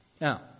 Now